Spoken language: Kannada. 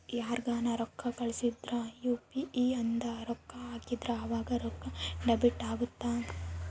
ಯಾರ್ಗನ ರೊಕ್ಕ ಕಳ್ಸಿದ್ರ ಯು.ಪಿ.ಇ ಇಂದ ರೊಕ್ಕ ಹಾಕಿದ್ರ ಆವಾಗ ರೊಕ್ಕ ಡೆಬಿಟ್ ಅಗುತ್ತ